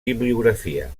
bibliografia